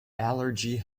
allergy